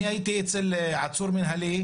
אני הייתי אצל עצור מינהלי,